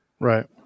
Right